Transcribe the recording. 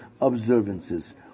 observances